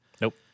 Nope